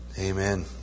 Amen